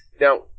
Now